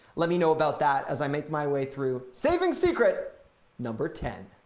let me know about that as i make my way through saving secret number ten.